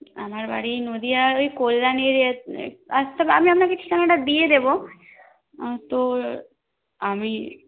আমার বাড়ি নদিয়ার ওই কল্যানীর আমি আপনাকে ঠিকানাটা দিয়ে দেব তো আমি